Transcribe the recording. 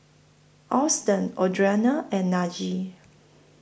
Auston Audriana and Najee